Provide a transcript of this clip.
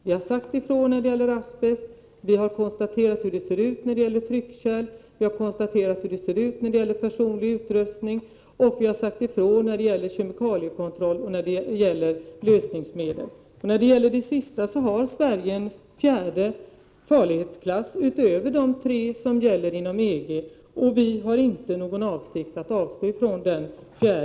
Vi har sagt ifrån när det gäller asbest, och vi har konstaterat hur det ser ut när det gäller tryckkärl, personlig utrustning, kemikaliekontroll och lösningsmedel. På den sistnämnda punkten har Sverige en fjärde farlighetsklass utöver de tre som gäller inom EG, och vi har inte någon avsikt att avstå från den.